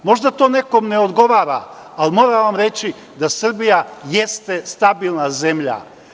Možda to nekom ne odgovara, ali moram vam reći da Srbija jeste stabilna zemlja.